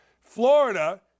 Florida